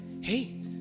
hey